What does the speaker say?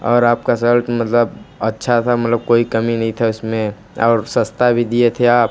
और आपका सल्ट मतलब अच्छा था मलब कोई कमी नहीं था उसमें और सस्ता भी दिए थे आप